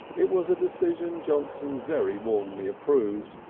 it was a decision johnson very warmly approved.